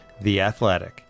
theathletic